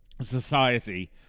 society